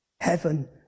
heaven